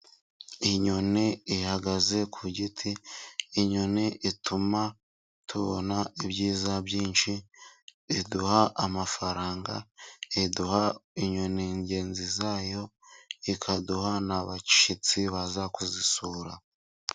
Inyoni ihagaze ku giti. Inyoni ituma tubona ibyiza byinshi iduha amafaranga, iduha inyoni ngenzi zayo ikaduha n'abashitsi baza kuzisura.